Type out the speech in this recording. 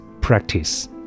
practice